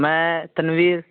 میں تنوریر